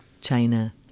China